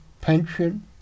pension